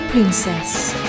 Princess